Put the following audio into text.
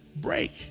break